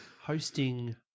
hosting